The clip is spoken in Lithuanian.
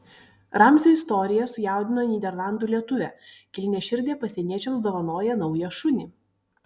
ramzio istorija sujaudino nyderlandų lietuvę kilniaširdė pasieniečiams dovanoja naują šunį